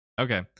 Okay